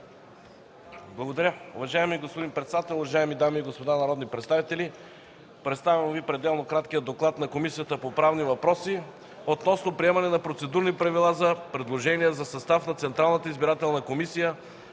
Благодаря. Уважаеми господин председател, уважаеми дами и господа народни представители! Представям Ви пределно краткия доклад на Комисията по правни въпроси. „ДОКЛАД относно приемане на процедурни правила за предложения за състав на Централната избирателна комисия,